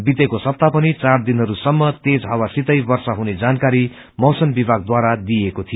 वितेको सप्ताह पनि चार दिनहरू सम्म तेज हावा सितै वर्षा हुने जानकारी मौसम विभागद्वारा दिइएको थियो